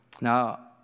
Now